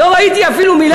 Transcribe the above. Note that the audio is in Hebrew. תודה,